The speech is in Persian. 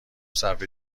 صرفه